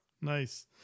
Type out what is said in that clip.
Nice